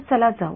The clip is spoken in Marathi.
तर चला जाऊ